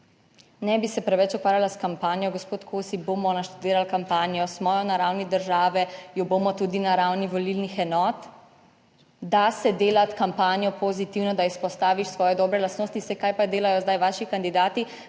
Ne bi se preveč ukvarjala s kampanjo, gospod Kosi! Bomo naštudirali kampanjo, smo jo na ravni države, jo bomo tudi na ravni volilnih enot. Da se delati kampanjo pozitivno, da izpostaviš svoje dobre lastnosti. Saj kaj pa delajo zdaj vaši kandidati